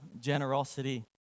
generosity